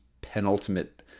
penultimate